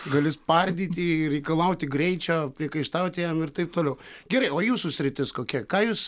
gali spardyti reikalauti greičio priekaištauti jam ir taip toliau gerai o jūsų sritis kokia ką jūs